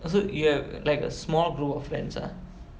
so you have like a small group of friends ah